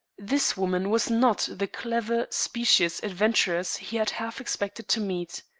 this woman was not the clever, specious adventuress he had half expected to meet.